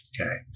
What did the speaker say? okay